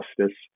justice